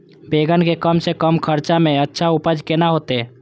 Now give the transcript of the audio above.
बेंगन के कम से कम खर्चा में अच्छा उपज केना होते?